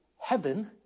heaven